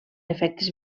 efectes